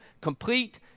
complete